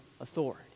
authority